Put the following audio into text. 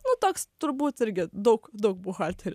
nu toks turbūt irgi daug daug buhalterių